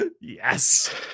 Yes